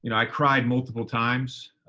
and i cried multiple times.